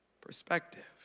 perspective